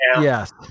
Yes